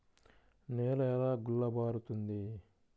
నేల ఎలా గుల్లబారుతుంది?